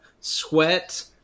sweat